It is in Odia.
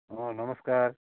ହଁ ନମସ୍କାର